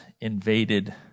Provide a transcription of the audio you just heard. invaded